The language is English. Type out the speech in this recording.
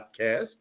podcast